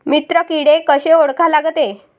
मित्र किडे कशे ओळखा लागते?